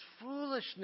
foolishness